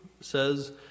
says